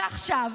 ועכשיו,